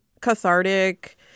cathartic